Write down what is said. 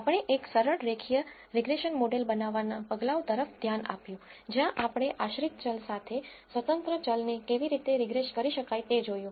આપણે એક સરળ રેખીય રીગ્રેસન મોડેલ બનાવવાના પગલાઓ તરફ ધ્યાન આપ્યું જ્યાં આપણે આશ્રિત ચલ સાથે સ્વતંત્ર ચલને કેવી રીતે રીગ્રેસ કરી શકાય તે જોયું